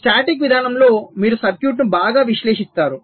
static విధానంలో మీరు సర్క్యూట్ను బాగా విశ్లేషిస్తారు